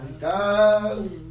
God